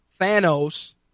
Thanos